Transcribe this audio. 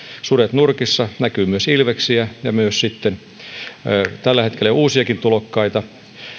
sudet nurkissa näkyy myös ilveksiä ja tällä hetkellä jo uusiakin tulokkaita